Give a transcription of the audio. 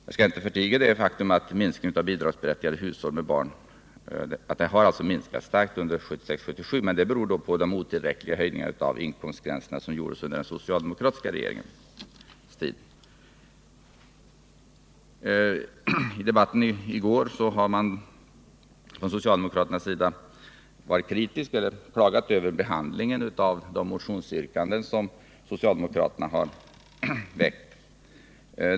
Jag skall inte förtiga det faktum att antalet bidragsberättigade hushåll med barn starkt har minskat under 1976 och 1977, men det beror på de otillräckliga höjningar av inkomstgränserna som gjordes under den socialdemokratiska regeringens tid. I debatten i går klagade man från socialdemokraternas sida över behandlingen av de motionsyrkanden som socialdemokraterna framställt.